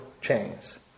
chains